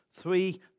three